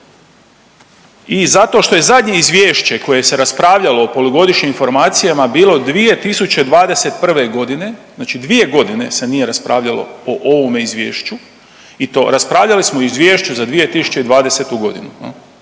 i zato što je zadnje Izvješće koje se raspravljalo o polugodišnjim informacijama bilo 2021. godine. Znači 2 godine se nije raspravljalo o ovome izvješću i to raspravljali smo o izvješću za 2020. godinu